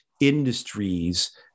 industries